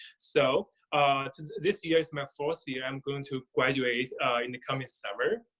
so this year is my fourth year. i'm going to graduate in the coming summer.